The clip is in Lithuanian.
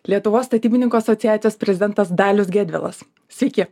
lietuvos statybininkų asociacijos prezidentas dalius gedvilas sveiki